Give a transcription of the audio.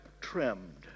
trimmed